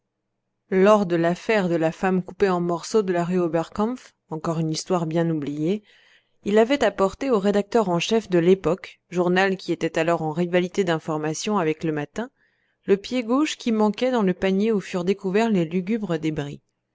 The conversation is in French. lors de l'affaire de la femme coupée en morceaux de la rue oberkampf il avait apporté au rédacteur en chef de l'époque journal qui était alors en rivalité d'informations avec le matin le pied gauche qui manquait dans le panier où furent découverts les lugubres débris